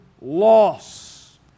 loss